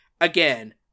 again